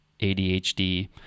ADHD